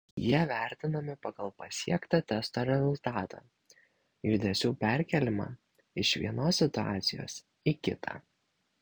jie vertinami pagal pasiektą testo rezultatą judesių perkėlimą iš vienos situacijos į kitą